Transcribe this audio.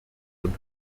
und